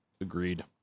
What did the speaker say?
Agreed